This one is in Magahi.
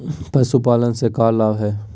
पशुपालन से के लाभ हय?